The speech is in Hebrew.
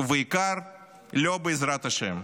ובעיקר לא בעזרת השם.